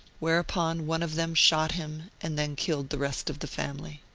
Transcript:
where upon one of them shot him and then killed the rest of the family.